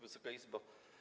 Wysoka Izbo!